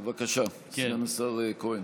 בבקשה, סגן השר כהן.